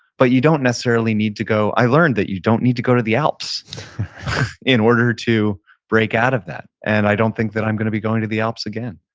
but you don't necessarily need to go, i learned that you don't need to go to the alps in order to break out of that. and i don't think that i'm gonna be going to the alps again